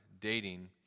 dating